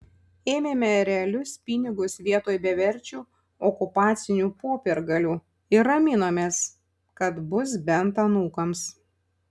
ėmėme realius pinigus vietoj beverčių okupacinių popiergalių ir raminomės kad bus bent anūkams